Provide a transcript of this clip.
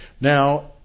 Now